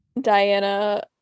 Diana